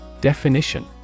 Definition